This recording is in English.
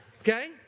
Okay